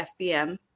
FBM